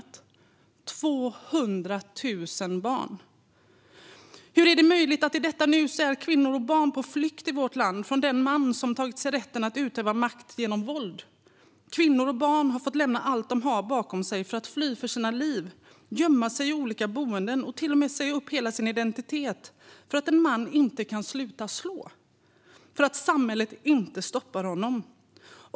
Det handlar alltså om över 200 000 barn! Hur är det möjligt att kvinnor och barn i vårt land i detta nu är på flykt från den man som tagit sig rätten att utöva makt genom våld? Kvinnor och barn har fått lämna allt de har bakom sig för att fly för sina liv, gömma sig i olika boenden och till och med säga upp hela sin identitet för att en man inte kan sluta att slå och för att samhället inte stoppar honom.